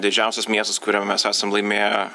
didžiausias miestas kuriam mes esam laimėję